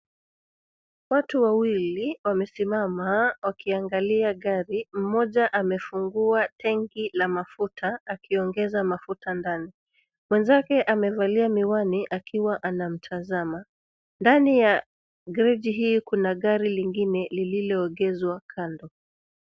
Watu wawili wamesimama wakiangalia gari. Mmoja amefungua tenki la mafuta akiongeza mafuta ndani, mwenzake amevalia miwani akiwa anamtazama. Ndani ya greji hii kuna gari lingine lililoegezwa kando.